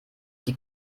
die